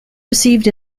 received